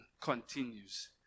continues